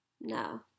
No